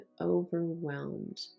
overwhelmed